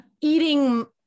eating